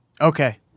Okay